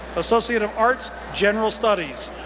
associate of arts, general studies.